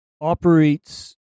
operates